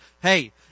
Hey